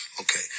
Okay